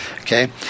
Okay